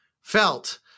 felt